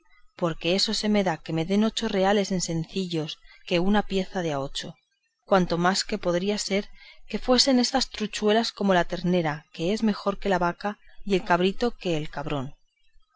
porque eso se me da que me den ocho reales en sencillos que en una pieza de a ocho cuanto más que podría ser que fuesen estas truchuelas como la ternera que es mejor que la vaca y el cabrito que el cabrón